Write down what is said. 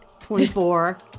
24